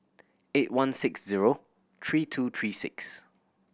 eight one six zero three two three six